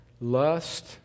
lust